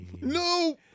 No